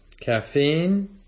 Caffeine